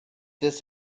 this